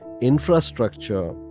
infrastructure